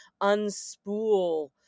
unspool